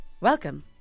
Welcome